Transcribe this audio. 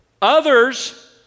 Others